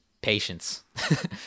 patience